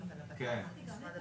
התחנות השתנו.